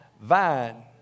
vine